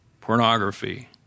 pornography